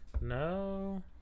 No